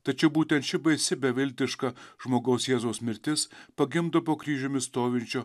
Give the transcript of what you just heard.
tačiau būtent ši baisi beviltiška žmogaus jėzaus mirtis pagimdo po kryžiumi stovinčio